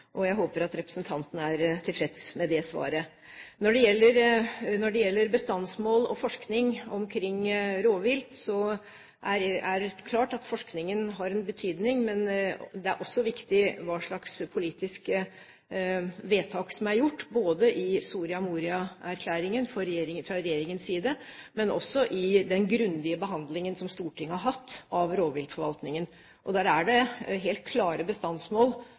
og jeg håper at representanten er tilfreds med det svaret. Når det gjelder bestandsmål og forskning omkring rovvilt, er det klart at forskningen har en betydning. Men det er også viktig hva slags politiske vedtak som er gjort, både i Soria Moria-erklæringen fra regjeringens side og også i den grundige behandlingen som Stortinget har hatt av rovviltforvaltningen. Der er det helt klare bestandsmål